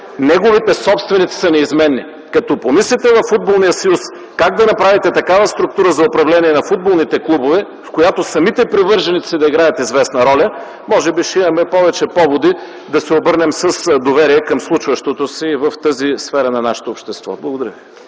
неговите собственици са неизменни. Като помислите във Футболния съюз как да направите такава структура за управление на футболните клубове, в която самите привърженици да играят известна роля, може би ще имаме повече поводи да се обърнем с доверие към случващото се и в тази сфера на нашето общество. Благодаря ви.